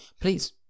please